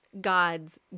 God's